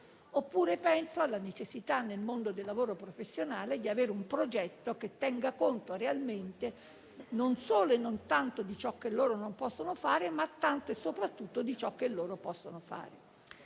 sostegno a scuola o nel mondo del lavoro e professionale, un progetto che tenga conto realmente non solo e non tanto di ciò che non possono fare, ma tanto e soprattutto di ciò che possono fare.